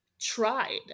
tried